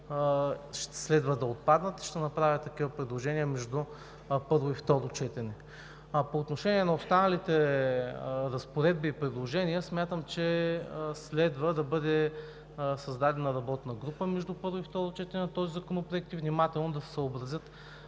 следва да отпаднат и ще направя такова предложение между първо и второ четене. По отношение на останалите разпоредби и предложения. Смятам, че следва да бъде създадена работна група между първо и второ четене по този законопроект, внимателно да се съобразят